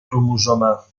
cromosoma